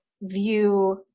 view